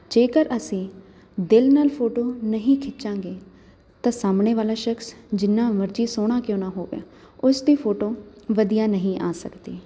ਜੇਕਰ ਅਸੀਂ ਦਿਲ ਨਾਲ ਫੋਟੋ ਨਹੀਂ ਖਿੱਚਾਂਗੇ ਤਾਂ ਸਾਮਣੇ ਵਾਲਾ ਸ਼ਕਸ ਜਿੰਨਾ ਮਰਜ਼ੀ ਸੋਹਣਾ ਕਿਉਂ ਨਾ ਹੋਵੈ ਉਸ ਦੀ ਫੋਟੋ ਵਧੀਆ ਨਹੀਂ ਆ ਸਕਦੀ